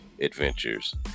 adventures